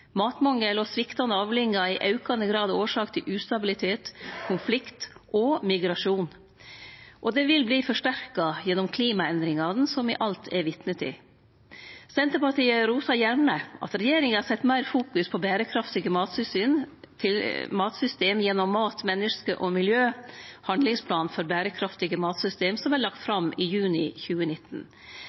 Matmangel og sviktande avlingar er i aukande grad årsak til ustabilitet, konflikt og migrasjon. Det vil verte forsterka gjennom klimaendringane som me alt er vitne til. Senterpartiet rosar gjerne at regjeringa fokuserer sterkare på berekraftige matsystem gjennom Mat, mennesker og miljø, handlingsplanen for berekraftige matsystem som vart lagd fram i juni 2019.